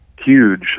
huge